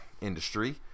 industry